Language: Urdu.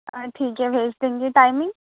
آ ٹھیک ہے بھیج دوں گی ٹائمنگ